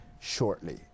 shortly